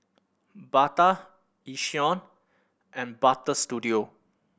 Bata Yishion and Butter Studio